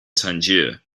tangier